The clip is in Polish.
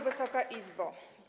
Wysoka Izbo!